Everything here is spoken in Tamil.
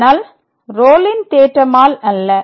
ஆனால் ரோலின் தேற்றம் ஆல் அல்ல